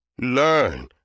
Learn